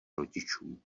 rodičů